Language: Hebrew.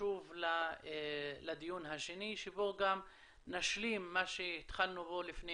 שוב לדיון השני שבו גם נשלים את מה שהתחלנו בו לפני